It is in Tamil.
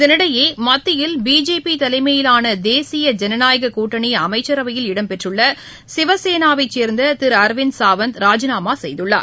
இதனிடையே மத்தியில் பிஜேபி தலைமையிலான தேசிய ஜனநாயக கூட்டணி அமைச்சரவையில் இடம்பெற்றுள்ள சிவசேனாவைச் சேர்ந்த திரு அரவிந்த் சாவந்த் ராஜினாமா செய்துள்ளார்